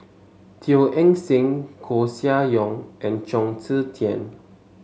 Teo Eng Seng Koeh Sia Yong and Chong Tze Chien